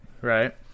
right